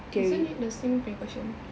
isn't it the same punya question